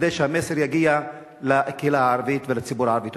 כדי שהמסר יגיע לקהילה הערבית ולציבור הערבי.